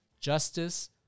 justice